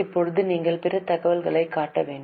இப்போது நீங்கள் பிற தகவல்களைக் காட்ட வேண்டும்